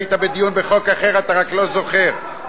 היית בדיון בחוק אחר, אתה רק לא זוכר.